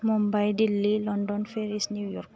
Mumbai Delhi London Paris New York